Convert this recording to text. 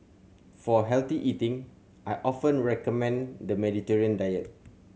for healthy eating I often recommend the Mediterranean diet